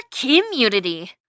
community